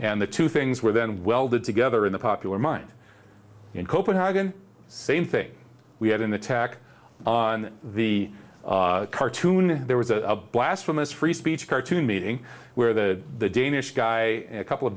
and the two things were then welded together in the popular mind in copenhagen same thing we had an attack on the cartoon there was a blasphemous free speech cartoon meeting where the danish guy a couple of